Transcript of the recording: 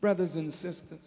brothers and sisters